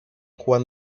juan